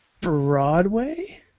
Broadway